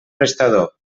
prestador